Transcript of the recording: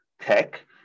tech